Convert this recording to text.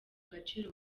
agaciro